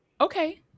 Okay